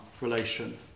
relation